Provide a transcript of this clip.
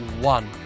one